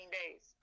days